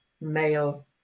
male